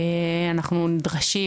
אנחנו נדרשים,